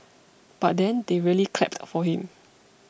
but then they really clapped for him